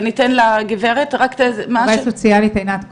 עובדת סוציאלית עינת קולמן,